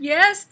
Yes